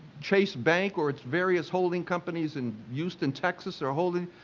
chase bank or its various holding companies in houston, texas are holding.